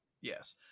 Yes